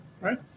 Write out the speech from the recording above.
right